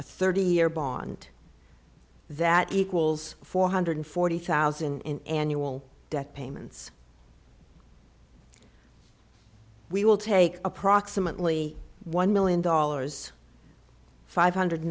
a thirty year bond that equals four hundred forty thousand in annual debt payments we will take approximately one million dollars five hundred